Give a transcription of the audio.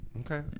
Okay